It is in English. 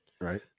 Right